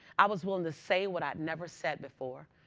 i was willing to say what i had never said before.